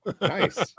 Nice